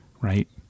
Right